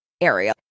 area